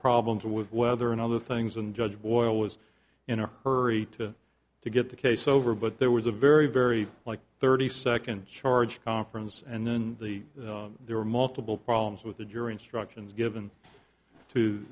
problems with weather and other things and judge boyle was in a hurry to to get the case over but there was a very very like thirty second charge conference and then the there were multiple problems with the jury instructions given to